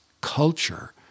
culture